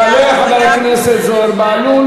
יעלה חבר הכנסת זוהיר בהלול,